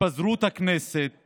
התפזרות הכנסת